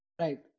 Right